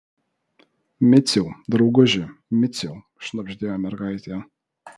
miciau drauguži miciau šnabždėjo mergaitė